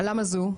אבל למה זו?